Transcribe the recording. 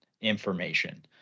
information